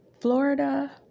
Florida